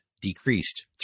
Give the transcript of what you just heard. decreased